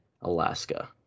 Alaska